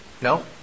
No